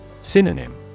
Synonym